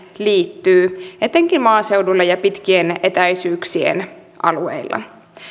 liittyy etenkin maaseudulla ja pitkien etäisyyksien alueilla